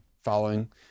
following